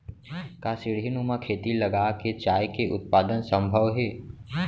का सीढ़ीनुमा खेती लगा के चाय के उत्पादन सम्भव हे?